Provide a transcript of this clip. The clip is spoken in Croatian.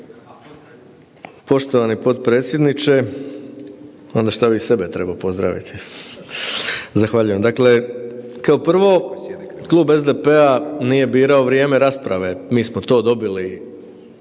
poštovani potredsjedniče, onda šta bi i sebe trebao pozdraviti, zahvaljujem. Dakle, kao prvo Klub SDP-a nije birao vrijeme rasprave, mi smo to dobili